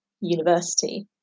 university